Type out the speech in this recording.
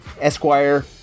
Esquire